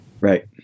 Right